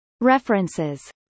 References